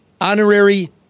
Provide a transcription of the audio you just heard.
honorary